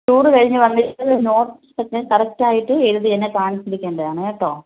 tour കഴിഞ്ഞു വന്നിട്ട് നോട്ട്സൊക്കെ കറക്റ്റായിട്ട് എഴുതി എന്നെ കാണിച്ചിരിക്കേണ്ടതാണ് കേട്ടോ